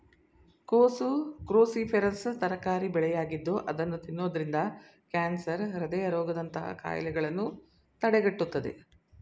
ಕೋಸು ಕ್ರೋಸಿಫೆರಸ್ ತರಕಾರಿ ಬೆಳೆಯಾಗಿದ್ದು ಅದನ್ನು ತಿನ್ನೋದ್ರಿಂದ ಕ್ಯಾನ್ಸರ್, ಹೃದಯ ರೋಗದಂತಹ ಕಾಯಿಲೆಗಳನ್ನು ತಡೆಗಟ್ಟುತ್ತದೆ